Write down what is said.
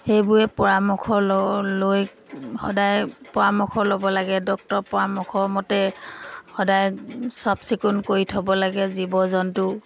সেইবোৰে পৰামৰ্শ লৈ সদায় পৰামৰ্শ ল'ব লাগে ডক্তৰৰ পৰামৰ্শ মতে সদায় চাফ চিকুণ কৰি থ'ব লাগে জীৱ জন্তু